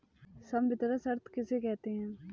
संवितरण शर्त किसे कहते हैं?